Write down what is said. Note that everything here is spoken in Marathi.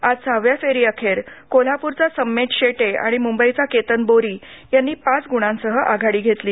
आज सहाव्या फेरीअखेर कोल्हापुरचा सम्मेद शेटे आणि मुंबईचा केतन बोरी यांनी पाच गुणांसह आघाडी घेतली